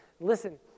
Listen